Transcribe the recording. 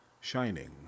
shining